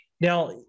Now